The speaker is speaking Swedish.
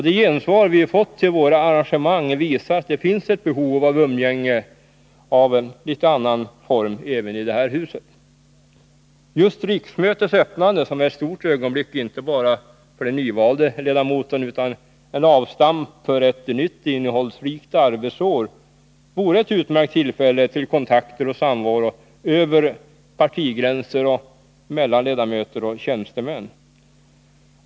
Det gensvar vi fått till våra arrangemang visar att det finns ett behov av umgänge i annan form även i detta hus. Just riksmötets öppnande, som inte bara är ett stort ögonblick för den nyvalde ledamoten utan också ett avstamp för ett nytt innehållsrikt arbetsår, vore ett utmärkt tillfälle till kontakter och samvaro över partigränser och mellan ledamöter och tjänstemän.